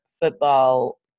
football